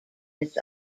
its